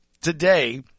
today